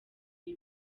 ibi